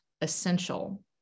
essential